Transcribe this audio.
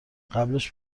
قبلش